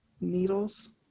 needles